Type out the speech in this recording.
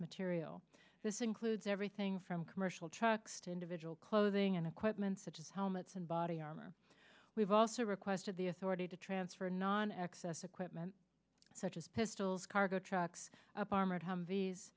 material this includes everything from commercial trucks to individual clothing and equipment such as helmets and body armor we've also requested the authority to transfer non excess equipment such as pistols cargo trucks up armored humvees